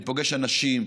אני פוגש אנשים,